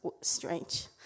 strange